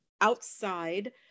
outside